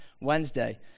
Wednesday